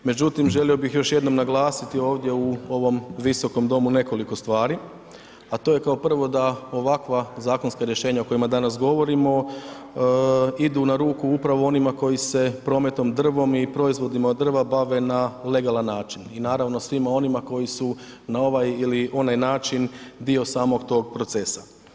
Međutim, želio bih još jednom naglasiti ovdje u ovom visokom domu nekoliko stvari, a to je kao prvo da ovakva zakonska rješenja o kojima danas govorimo idu na ruku upravo onima koji se prometom drvom i proizvodima od drva bave na legalan način i naravno svima onima koji su na ovaj ili onaj način dio samog tog procesa.